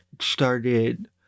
started